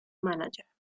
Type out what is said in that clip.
manager